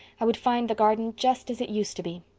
i would find the garden just as it used to be,